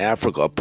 Africa